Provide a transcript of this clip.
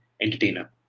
entertainer